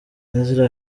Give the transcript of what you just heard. ezra